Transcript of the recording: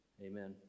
Amen